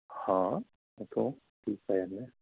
ਹਾਂ ਦੱਸੋ